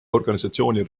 organisatsiooni